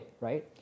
right